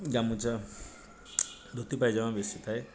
ଗାମୁଛା ଧୋତି ପାଇଜାମା ବେଶୀ ଥାଏ